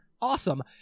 Awesome